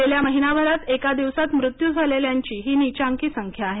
गेल्या महिनाभरात एका दिवसात मृत्यू झालेल्यांची ही नीचांकी संख्या आहे